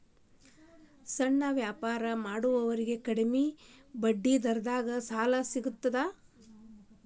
ಸಣ್ಣ ವ್ಯಾಪಾರ ಮಾಡೋರಿಗೆ ಕಡಿಮಿ ಬಡ್ಡಿ ದರದಾಗ್ ಸಾಲಾ ಸಿಗ್ತದಾ?